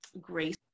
grace